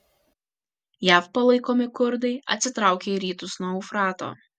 jav palaikomi kurdai atsitraukė į rytus nuo eufrato